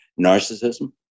narcissism